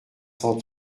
cent